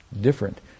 Different